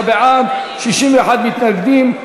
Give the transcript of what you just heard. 59 בעד, 61 מתנגדים.